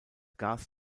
gas